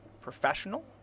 professional